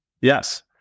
Yes